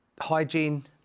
Hygiene